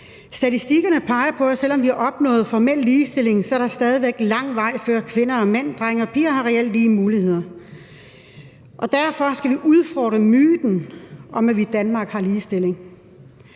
statistikkerne peger på, at selv om vi har opnået formel ligestilling, er der stadig væk lang vej, før kvinder og mænd, piger og drenge reelt har lige muligheder. Derfor skal vi udfordre myten om, at vi i Danmark har ligestilling,